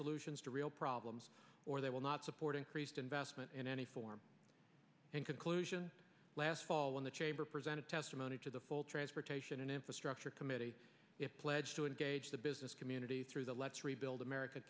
solutions to real problems or they will not support increased investment in any form and conclusion last fall when the chamber presented testimony to the full transportation and infrastructure committee if pledge to engage the business community through the let's rebuild america